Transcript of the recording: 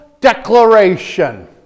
declaration